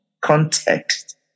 context